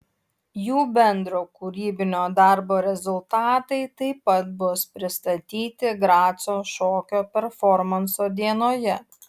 jų bendro kūrybinio darbo rezultatai taip pat bus pristatyti graco šokio performanso dienoje